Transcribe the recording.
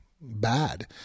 bad